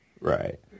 right